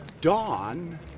dawn